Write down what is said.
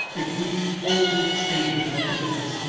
if we, old stagers at the business,